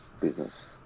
business